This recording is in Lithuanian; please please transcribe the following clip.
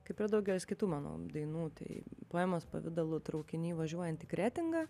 kaip ir daugelis kitų mano dainų tai poemos pavidalu traukiny važiuojant į kretingą